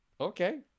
okay